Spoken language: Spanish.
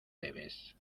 debes